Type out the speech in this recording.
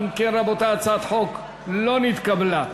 אם כן, הצעת החוק לא נתקבלה.